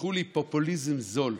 תסלחו לי, פופוליזם זול.